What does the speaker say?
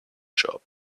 shop